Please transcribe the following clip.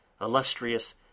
illustrious